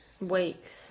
Weeks